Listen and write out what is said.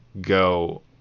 go